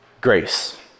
grace